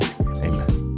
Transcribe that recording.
Amen